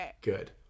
good